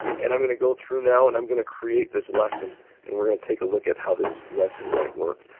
and i'm going to go through now and i'm going to create this lesson and we are going to take a look at how this lesson might work.